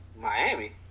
Miami